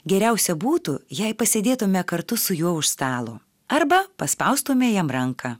geriausia būtų jei pasėdėtume kartu su juo už stalo arba paspaustume jam ranką